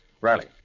Riley